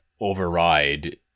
override